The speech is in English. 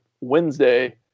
wednesday